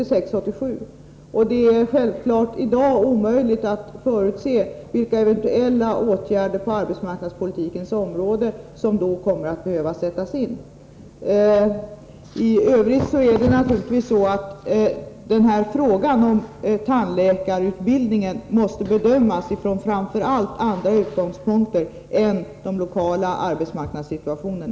Det är självfallet i högskolan i dag omöjligt att förutse vilka eventuella åtgärder på arbetsmarknadspoliti Malmö kens område som härvid kommer att behöva sättas in. Jag vill slutligen framhålla att frågan om tandläkarutbildningen givetvis måste bedömas framför allt från andra utgångspunkter än den lokala arbetsmarknadssituationen.